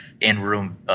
in-room